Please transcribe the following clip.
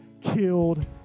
killed